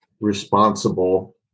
responsible